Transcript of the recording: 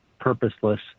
purposeless